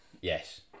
Yes